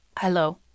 Hello